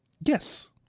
Yes